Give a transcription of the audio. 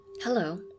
Hello